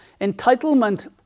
Entitlement